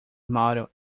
model